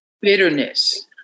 bitterness